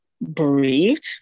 bereaved